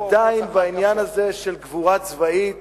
עדיין, בעניין הזה, של קבורה צבאית,